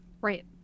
Right